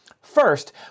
First